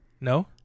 no